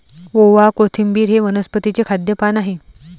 ओवा, कोथिंबिर हे वनस्पतीचे खाद्य पान आहे